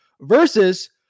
versus